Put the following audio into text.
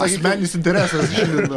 asmeninis interesas žilvino